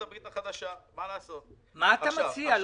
מה אתה מציע?